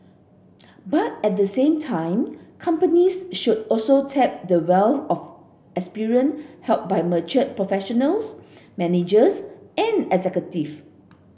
but at the same time companies should also tap the wealth of experience held by mature professionals managers and executive